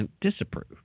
disapprove